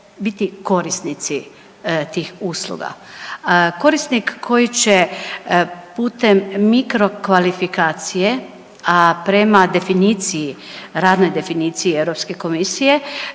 biti korisnici tih usluga. Korisnik koji će putem mikro kvalifikacije, a prema definiciji radnoj definiciji Europske komisije